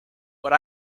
but